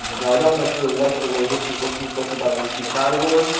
now i don't necessarily like the way this is looking filtered by industry category,